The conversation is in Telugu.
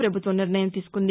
ప్రపభుత్వం నిర్ణయం తీసుకుంది